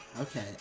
Okay